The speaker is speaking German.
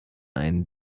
einen